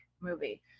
movie